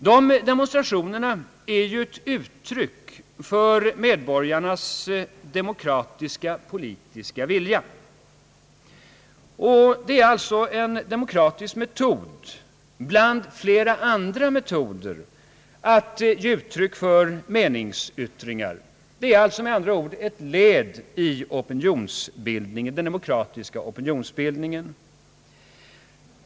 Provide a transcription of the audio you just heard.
Dessa demonstrationer är ju ett uttryck för medborgarnas demokratiska politiska vilja, och de utgör en demokratisk metod bland flera andra metoder att ge uttryck för meningsriktningar. Det är alltså med andra ord fråga om ett led i den demokratiska opinionsbildningen.